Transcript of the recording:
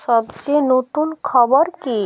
সবচেয়ে নতুন খবর কী